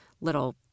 little